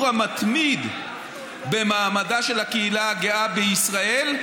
המתמיד במעמדה של הקהילה הגאה בישראל,